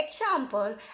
Example